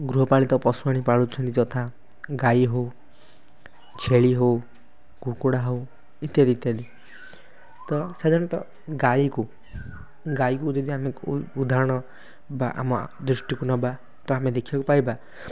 ଗୃହପାଳିତ ପଶୁ ଆଣି ପାଳୁଛନ୍ତି ଯଥା ଗାଈ ହେଉ ଛେଳି ହେଉ କୁକୁଡ଼ା ହେଉ ଇତ୍ୟାଦି ଇତ୍ୟାଦି ତ ସାଧାରଣତଃ ଗାଈକୁ ଗାଈକୁ ଯଦି ଆମେ ଉଦାହରଣ ବା ଆମ ଦୃଷ୍ଟିକୁ ନେବା ତ ଆମେ ଦେଖିବାକୁ ପାଇବା